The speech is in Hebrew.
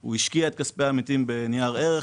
הוא השקיע את כספי העמיתים בנייר ערך,